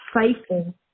faithful